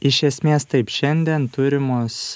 iš esmės taip šiandien turimos